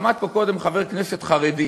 עמד פה קודם חבר כנסת חרדי